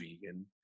vegan